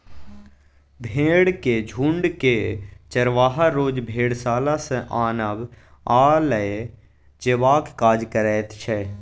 भेंड़क झुण्डकेँ चरवाहा रोज भेड़शाला सँ आनब आ लए जेबाक काज करैत छै